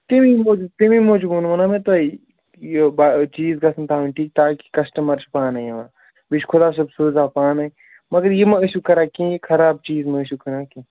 تَمی موٗجوٗب تَمی موٗجوٗب ووٚنمو نہ مےٚ تۄہہِ یہِ چیٖز گژھَن تھاوٕنۍ ٹھیٖک تاکہِ کَسٹمَر چھُ پانَے یِوان بیٚیہِ چھُ خۄدا صٲب سوٗزان پانَے مگر یہِ مہ ٲسِو کَران کِہیٖنۍ یہِ خراب چیٖز مہ ٲسِو کٕنان کیٚنٛہہ